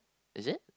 is it